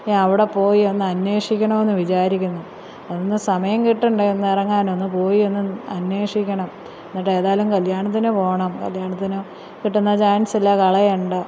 ഇനി അവിടെ പോയി ഒന്ന് അന്വേഷിക്കണമെന്ന് വിചാരിക്കുന്നു ഒന്ന് സമയം കിട്ടണ്ടേ ഒന്നിറങ്ങാൻ ഒന്ന് പോയി ഒന്ന് അന്വേഷിക്കണം എന്നിട്ടേതായാലും കല്യാണത്തിന് പോകണം കല്യാണത്തിന് കിട്ടുന്ന ചാൻസല്ലേ കളയണ്ട